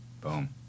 Boom